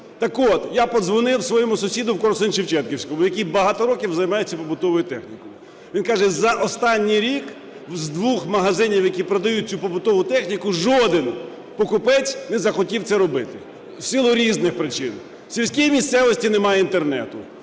Так от, я подзвонив своєму сусіду в Корсунь-Шевченківський, який багато років займається побутовою технікою. Він каже, за останній рік з двох магазинів, які продають цю побутову техніку, жоден покупець не захотів це робити в силу різних причин. В сільській місцевості нема інтернету.